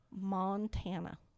Montana